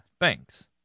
Thanks